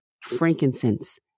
frankincense